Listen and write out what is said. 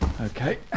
Okay